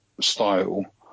style